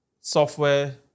software